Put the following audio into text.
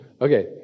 Okay